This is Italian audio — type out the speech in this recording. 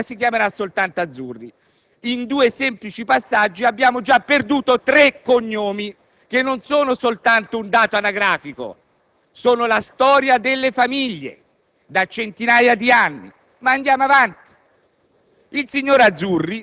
quello Azzurri. I loro figli si chiameranno soltanto Azzurri. In due semplici passaggi abbiamo già perduto tre cognomi, che non sono soltanto un dato anagrafico, ma sono la storia delle famiglie da centinaia di anni. Andiamo avanti.